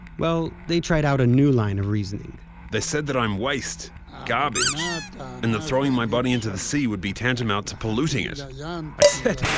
well, they tried out a new line of reasoning. they said that i am waste, garbage, and and that throwing my body into the sea would be tantamount to polluting it. yeah um i said,